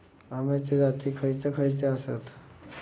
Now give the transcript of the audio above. अम्याचे जाती खयचे खयचे आसत?